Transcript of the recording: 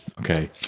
Okay